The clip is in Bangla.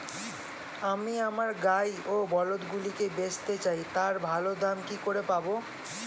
আমি আমার গাই ও বলদগুলিকে বেঁচতে চাই, তার ভালো দাম কি করে পাবো?